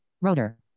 rotor